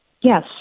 Yes